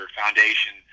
foundation